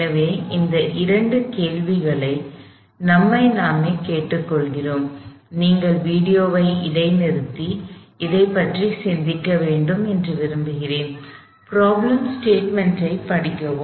எனவே இந்த இரண்டு கேள்விகளை நம்மை நாமே கேட்டுக்கொள்கிறோம் நீங்கள் வீடியோவை இடைநிறுத்தி இதைப் பற்றி சிந்திக்க வேண்டும் என்று விரும்புகிறேன் ப்ராப்ளம் ஸ்டேட்மென்ட் ஐ படிக்கவும்